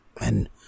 and-